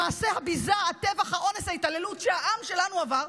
מעשי הביזה, הטבח, האונס, התעללות שעם שלנו עבר,